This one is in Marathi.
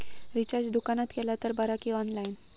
रिचार्ज दुकानात केला तर बरा की ऑनलाइन?